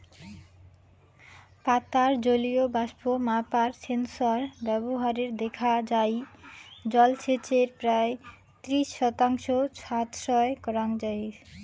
পাতার জলীয় বাষ্প মাপার সেন্সর ব্যবহারে দেখা যাই জলসেচের প্রায় ত্রিশ শতাংশ সাশ্রয় করাং যাই